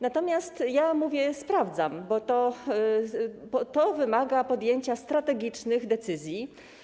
Natomiast ja mówię: sprawdzam, bo to wymaga podjęcia strategicznych decyzji.